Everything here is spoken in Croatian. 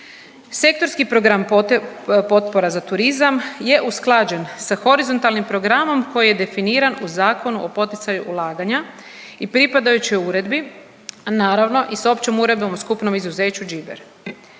Sektorski program potpora za turizam je usklađen sa horizontalnim programom koji je definiran u zakonu o poticaju ulaganja i pripadajućoj uredbi, a naravno, i s Općom uredbom i skupnom izuzeću-GBER.